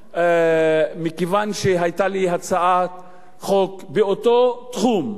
ומכיוון שהיתה לי הצעת חוק באותו תחום,